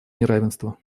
неравенства